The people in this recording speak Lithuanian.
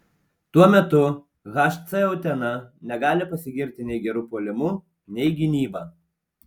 tuo metu hc utena negali pasigirti nei geru puolimu nei gynyba